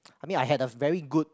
I mean I had a very good